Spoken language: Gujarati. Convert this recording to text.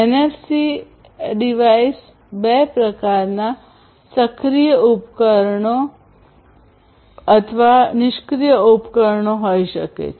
એનએફસીએ ડિવાઇસ બે પ્રકારનાં સક્રિય ઉપકરણ અથવા નિષ્ક્રિય ઉપકરણ હોઈ શકે છે